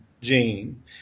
gene